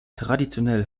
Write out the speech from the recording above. traditionell